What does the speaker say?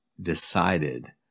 decided